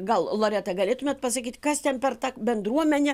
gal loreta galėtumėt pasakyt kas ten per ta bendruomenė